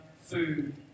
food